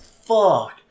fuck